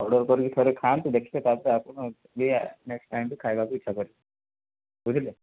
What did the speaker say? order କରିକି ଥରେ ଖାଆନ୍ତୁ ଦେଖିବେ ତାପରେ ଆପଣ ଇଏ ନେକ୍ସଟ ଟାଇମ୍ ବି ଖାଇବାକୁ ଇଛା କରିବେ ବୁଝିଲେ